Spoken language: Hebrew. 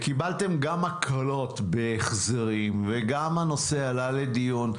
קיבלתם גם הקלות בהחזרים וגם הנושא עלה לדיון.